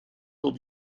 dans